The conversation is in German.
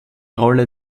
rolle